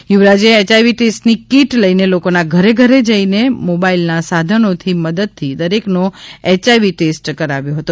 યુવરાજે HIV ટેસ્ટની kit લઇને લોકોના ઘરે જઇને મોબાઇલના સાધનોની મદદથી દરેકનો એયઆઇવી ટેસ્ટ કરાવ્યો હતો